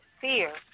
fear